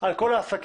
על כל העסקים